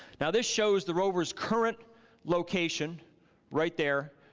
now this shows the rover's current location right there,